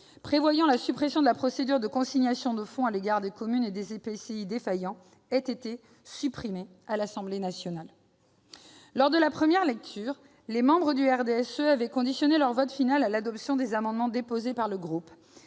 prévoyant l'abrogation de la procédure de consignation de fonds à l'égard des communes et des EPCI défaillants ait été supprimé à l'Assemblée nationale. Lors de la première lecture, les membres du RDSE avaient conditionné leur vote final à l'adoption des amendements déposés par le groupe.